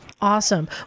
Awesome